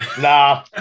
Nah